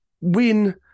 win